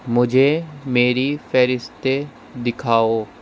مجھے میری فہرستیں دکھاؤ